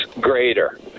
greater